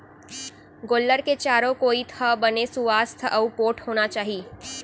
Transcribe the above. गोल्लर के चारों कोइत ह बने सुवास्थ अउ पोठ होना चाही